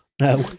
no